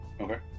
Okay